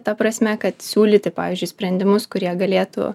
ta prasme kad siūlyti pavyzdžiui sprendimus kurie galėtų